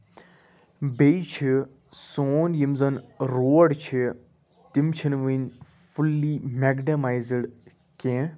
بیٚیہِ چھُ سون یِم زَن روڈ چھِ تِم چھِنہٕ ؤنۍ فُلی مٮ۪کڈَمایزٕڈ کیٚنہہ